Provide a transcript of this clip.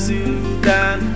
Sudan